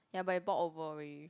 ya but it bought over already